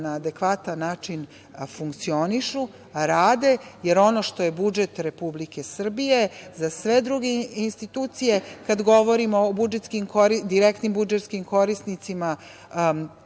na adekvatan način funkcionišu, rade, jer ono što je budžet Republike Srbije za sve druge institucije, kada govorimo o direktnim budžetskim korisnicima